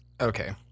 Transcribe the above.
Okay